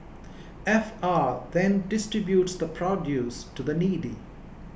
F R then distributes the produce to the needy